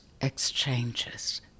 exchanges